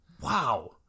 Wow